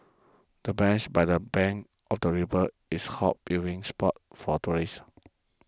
the bench by the bank of the river is hot viewing spot for tourists